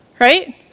Right